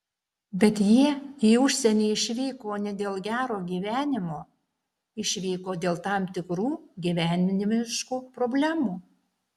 bet jie į užsienį išvyko ne dėl gero gyvenimo išvyko dėl tam tikrų gyvenimiškų problemų